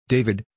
David